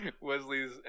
Wesley's